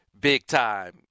big-time